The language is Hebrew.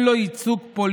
לעזוב הכול ולהיכנס